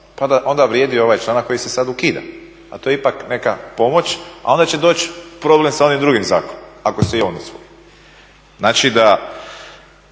da onda vrijedi ovaj članak koji se sada ukida a to je ipak neka pomoć a onda će doći problem sa onim drugim zakonom, ako se i on usvoji. Znači da